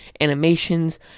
animations